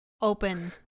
open